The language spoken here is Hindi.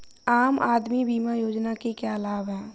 आम आदमी बीमा योजना के क्या लाभ हैं?